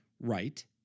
right